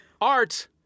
Art